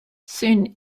soon